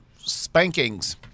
spankings